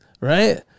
right